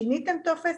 שיניתם טופס?